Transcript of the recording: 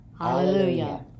hallelujah